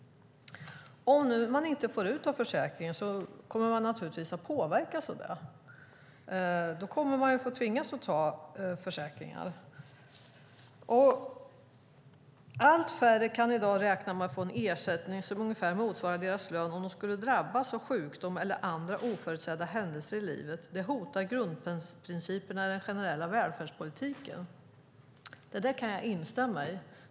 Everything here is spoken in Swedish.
Om man inte får ut något av försäkringen kommer man naturligtvis att påverkas av det. Då kommer man att tvingas ta försäkringar. "Allt färre kan i dag räkna med att få en ersättning som ungefär motsvarar deras lön om de skulle drabbas av sjukdom, eller andra oförutsedda händelser i livet. Det hotar grundprinciperna i den generella välfärdspolitiken." Det kan jag instämma i.